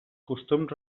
costums